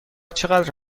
چقدر